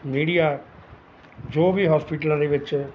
media ਜੋ ਵੀ ਹੋਸਪਿਟਲਾਂ ਦੇ ਵਿੱਚ